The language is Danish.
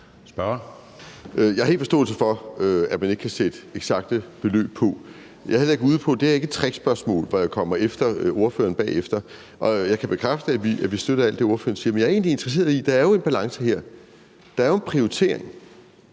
Jeg har fuld forståelse for, at man ikke kan sætte eksakte beløb på. Det er jeg heller ikke ude på. Det her er ikke et trickspørgsmål, jeg stiller for at komme efter ordføreren bagefter. Jeg kan bekræfte, at vi støtter alt det, ordføreren siger. Men det, jeg egentlig er interesseret i, er, at der jo er en balance her. Der er jo en prioritering.